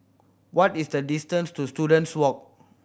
what is the distance to Students Walk